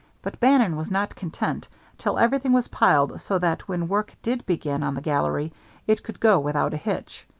but bannon was not content till everything was piled so that when work did begin on the gallery it could go without a hitch.